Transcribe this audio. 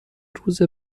روز